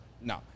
no